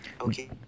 Okay